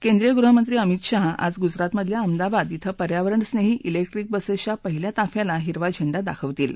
केंद्रीय गृहमंत्री अमित शाह आज गुजरातमधल्या अहमदाबाद श्विं पर्यावरण स्नहीी निक्ट्रिक बसस्तिया पहिल्या ताफ्याला हिरवा झेंडा दाखवतील